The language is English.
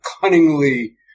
cunningly